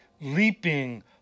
leaping